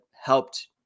helped